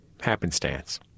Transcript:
happenstance